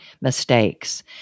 mistakes